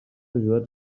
ajudats